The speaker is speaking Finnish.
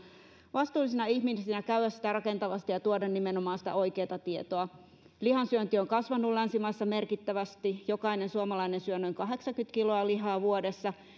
vastuullisina ihmisinä käydä sitä rakentavasti ja tuoda nimenomaan sitä oikeata tietoa lihansyönti on kasvanut länsimaissa merkittävästi jokainen suomalainen syö noin kahdeksankymmentä kiloa lihaa vuodessa